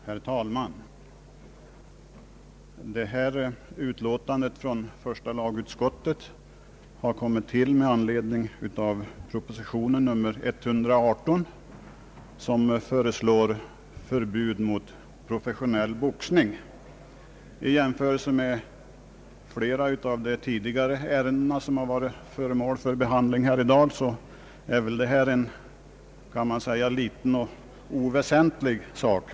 Herr talman! Föreliggande utlåtande från första lagutskottet har avgetts med anledning av proposition nr 118 i vilken föreslås förbud mot professionell boxning. I jämförelse med flera av de ärenden som tidigare varit för behandling här i dag är denna fråga, kan man säga, liten och oväsentlig.